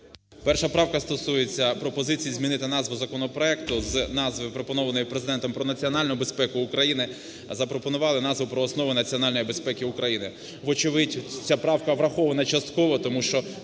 Перша правка стосується пропозиції змінити назву законопроекту з назви, пропонованої Президентом, "Про національну безпеку України", запропонували назву "Про основи національної безпеки України". Вочевидь, ця правка врахована частково, тому що